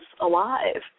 alive